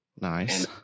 nice